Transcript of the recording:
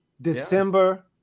December